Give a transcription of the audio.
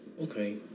Okay